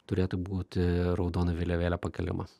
turėtų būti raudona vėliavėlė pakeliama